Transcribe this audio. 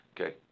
okay